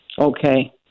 Okay